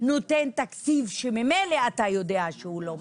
נותן תקציב שממילא אתה יודע שהוא לא מספיק,